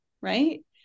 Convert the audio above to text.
right